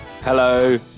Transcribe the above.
hello